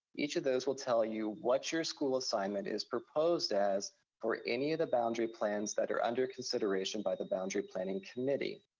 each of those will tell you what your school assignment is proposed as for any of the boundary plans that are under consideration by the boundary planning committee.